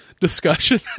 discussion